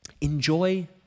Enjoy